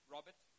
Robert